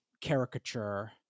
caricature